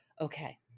okay